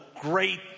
great